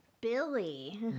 Billy